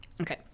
Okay